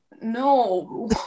No